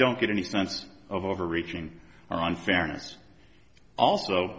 don't get any sense of overreaching on fairness also